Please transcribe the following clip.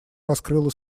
раскрыла